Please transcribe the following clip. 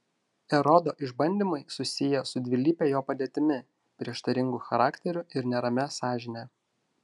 erodo išbandymai susiję su dvilype jo padėtimi prieštaringu charakteriu ir neramia sąžinę